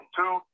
Two